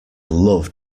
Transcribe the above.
love